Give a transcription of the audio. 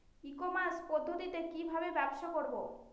ই commerce পদ্ধতিতে কি ভাবে ব্যবসা করব?